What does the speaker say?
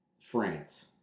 France